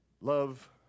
love